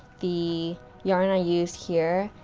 the yarn i used here,